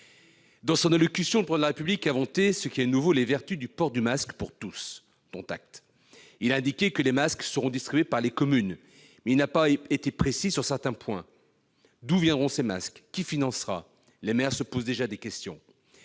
Dans son allocution, le Président de la République a vanté, ce qui est nouveau, les vertus du port du masque pour tous. Dont acte ! Il a indiqué que les masques seront distribués par les communes, mais il n'a pas été précis sur certains points. D'où viendront ces masques ? Qui les financera ? Les maires se posent déjà des questions.